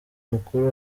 mukuru